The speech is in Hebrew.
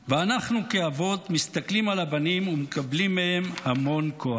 ואנחנו כאבות מסתכלים על הבנים ומקבלים המון כוח.